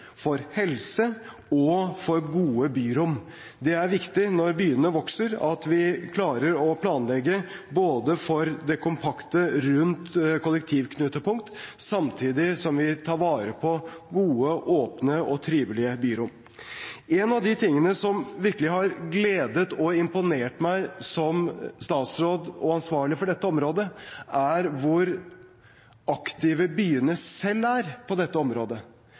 for helse og for gode byrom. Det er viktig når byene vokser, at vi klarer å planlegge for det kompakte rundt kollektivknutepunkt, samtidig som vi tar vare på gode, åpne og trivelige byrom. En av de tingene som virkelig har gledet og imponert meg som statsråd og ansvarlig for dette området, er hvor aktive byene selv er på dette området.